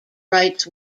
rights